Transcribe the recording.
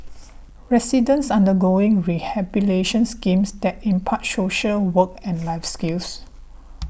residents undergoing rehabilitation schemes that impart social work and life skills